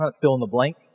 fill-in-the-blank